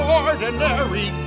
ordinary